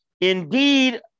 Indeed